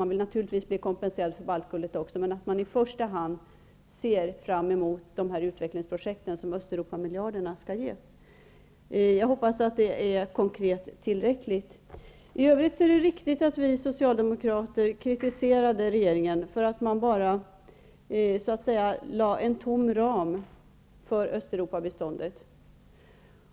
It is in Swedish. Man vill naturligtvis också bli kompenserade för baltguldet. Jag hoppas att det är tillräckligt konkret. I övrigt är det riktigt att vi socialdemokrater kritiserade regeringen för att den bara lade en tom ram för Östeuropabiståndet.